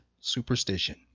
Superstition